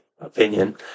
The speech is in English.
opinion